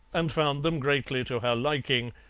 and found them greatly to her liking,